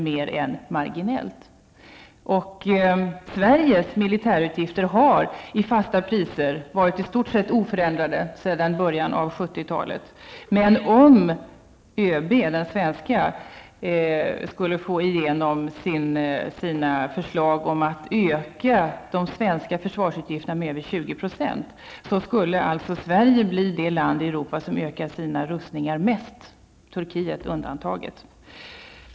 Sveriges militärutgifter har sedan början av 1970 talet i fasta priser varit i stort sett oförändrade, men om Sveriges ÖB får igenom sina förslag om att öka de svenska försvarsutgifterna med över 20 %, skulle Sverige bli det land i Europa som ökar sina rustningar mest, Turkiet undantaget.